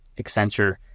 Accenture